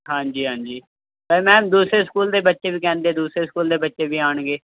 ਹਾਂਜੀ ਹਾਂਜੀ ਪਰ ਮੈਮ ਦੂਸਰੇ ਸਕੂਲ ਦੇ ਬੱਚੇ ਵੀ ਕਹਿੰਦੇ ਦੂਸਰੇ ਸਕੂਲ ਦੇ ਬੱਚੇ ਵੀ ਆਣਗੇ